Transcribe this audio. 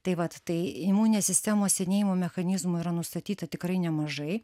tai vat tai imuninės sistemos senėjimo mechanizmų yra nustatyta tikrai nemažai